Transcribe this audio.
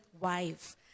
wife